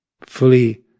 fully